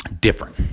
different